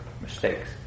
mistakes